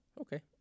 Okay